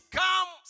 come